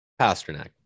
Pasternak